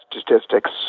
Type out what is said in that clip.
statistics